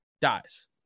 dies